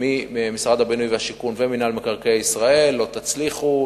ממשרד הבינוי והשיכון ומינהל מקרקעי ישראל: לא תצליחו,